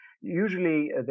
usually